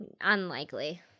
Unlikely